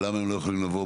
למה הם לא יכולים לבוא?